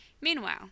Meanwhile